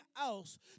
else